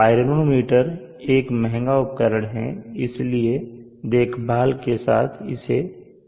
pyrometer एक महँगा उपकरण है इसलिए देखभाल के साथ प्रयोग करिए